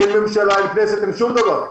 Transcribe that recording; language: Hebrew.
אין ממשלה, אין כנסת, אין שום דבר.